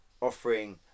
Offering